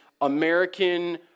American